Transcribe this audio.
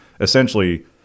essentially